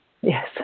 Yes